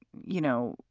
you know,